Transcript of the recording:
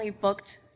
booked